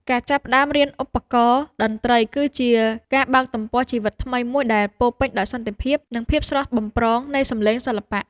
ការចាប់ផ្តើមរៀនឧបករណ៍តន្ត្រីគឺជាការបើកទំព័រជីវិតថ្មីមួយដែលពោរពេញដោយសន្តិភាព និងភាពស្រស់បំព្រងនៃសម្លេងសិល្បៈ។